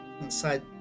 inside